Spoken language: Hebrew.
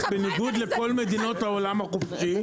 בניגוד לכל מדינות העולם החופשי,